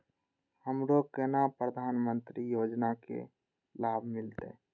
हमरो केना प्रधानमंत्री योजना की लाभ मिलते?